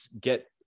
get